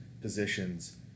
positions